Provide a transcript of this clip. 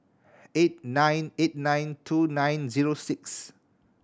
eight nine eight nine two nine zero six